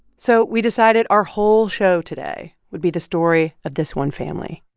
so we decided our whole show today would be the story of this one family.